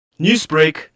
Newsbreak